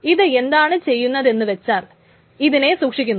ഇത് എന്താണ് ചെയ്യുന്നതെന്നു വച്ചാൽ ഇതിനെ സൂക്ഷിക്കുന്നു